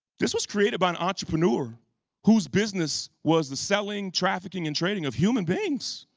this was created by an entrepreneur whose business was the selling, trafficking, and trading of human beings.